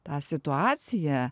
tą situaciją